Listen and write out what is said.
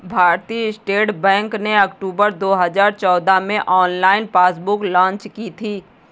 भारतीय state bank ने अक्टूबर दो हजार चौदह में ऑनलाइन पासबुक लॉन्च की थी